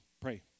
Pray